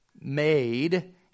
made